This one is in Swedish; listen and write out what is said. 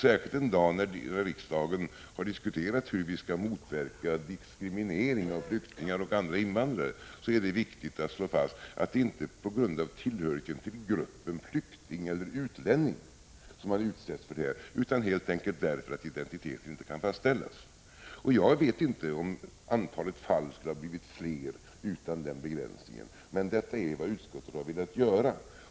Särskilt den dag då riksdagen har diskuterat hur vi skall motverka diskriminering av flyktingar och andra invandrare är det viktigt att fastslå att det inte är på grund av tillhörigheten till gruppen flyktingar eller utlänningar som människor utsätts för detta, utan helt enkelt därför att identiteten inte kan fastställas. Jag vet inte om antalet fall skulle ha blivit fler utan denna begränsning. Men detta är vad utskottet har velat göra.